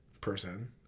person